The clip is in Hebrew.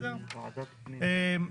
אל"ף,